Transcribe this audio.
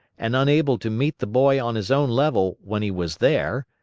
and unable to meet the boy on his own level when he was there,